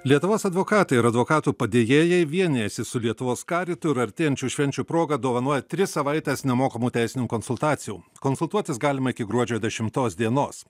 lietuvos advokatai ir advokatų padėjėjai vienijasi su lietuvos karitu ir artėjančių švenčių proga dovanoja tris savaites nemokamų teisinių konsultacijų konsultuotis galima iki gruodžio dešimtos dienos